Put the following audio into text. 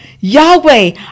Yahweh